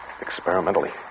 experimentally